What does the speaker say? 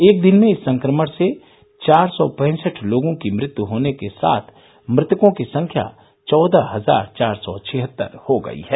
एक दिन में इस संक्रमण से चार सौ पैंसठ लोगों की मृत्यु होने के साथ मृतकों की संख्या चौदह हजार चार सौ छिहत्तर हो गई है